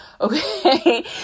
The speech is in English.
okay